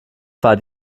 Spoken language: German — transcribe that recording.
war